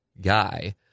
guy